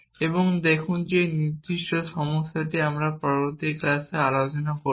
এবং দেখুন যে নির্দিষ্ট সমস্যাটি আমি পরবর্তী ক্লাসে আবার আলোচনা করব